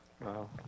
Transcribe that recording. Wow